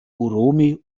uromi